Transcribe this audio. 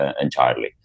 entirely